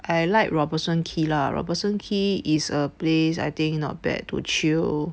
I like Robertson Quay lah Robertson Quay is a place I think not bad to chill